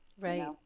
Right